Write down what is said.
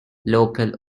local